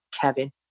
Kevin